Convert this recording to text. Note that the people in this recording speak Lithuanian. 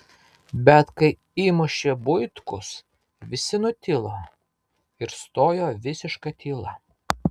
bet kai įmušė buitkus visi nutilo ir stojo visiška tyla